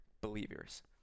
believers